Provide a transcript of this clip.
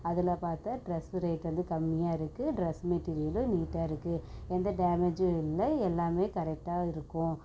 அதில் பார்த்தா dress rate வந்து கம்மியாக இருக்குது ட்ரெஸ் மெட்டிரியல் நீட்டாக இருக்குது எந்த டேமேஜ்ஜூம் இல்லை எல்லாம் கரெக்டாக இருக்கும்